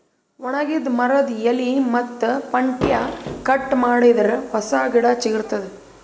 ಒಣಗಿದ್ ಮರದ್ದ್ ಎಲಿ ಮತ್ತ್ ಪಂಟ್ಟ್ಯಾ ಕಟ್ ಮಾಡಿದರೆ ಹೊಸ ಗಿಡ ಚಿಗರತದ್